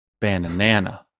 Banana